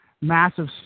massive